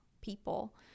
people